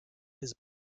his